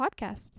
podcast